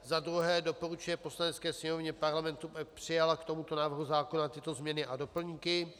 II. doporučuje Poslanecké sněmovně Parlamentu, aby přijala k tomuto návrhu zákona tyto změny a doplňky: